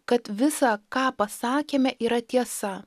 kad visa ką pasakėme yra tiesa